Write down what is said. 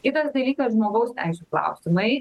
kitas dalykas žmogaus teisių klausimai